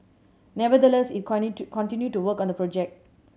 nevertheless it continued to work on the project